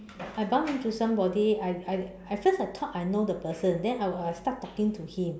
I bumped into somebody I I at first I thought I know the person then I I start talking to him